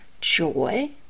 joy